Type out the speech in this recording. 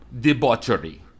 debauchery